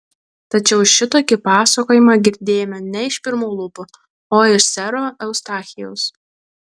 tačiau šitokį pasakojimą girdėjome ne iš pirmų lūpų o iš sero eustachijaus